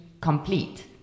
complete